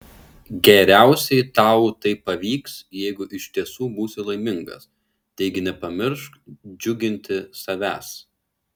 geriausiai tau tai pavyks jeigu iš tiesų būsi laimingas taigi nepamiršk džiuginti savęs